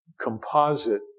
composite